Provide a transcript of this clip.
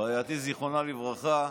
רעייתי, זיכרונה לברכה,